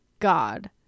god